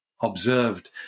observed